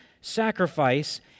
sacrifice